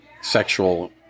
sexual